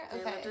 Okay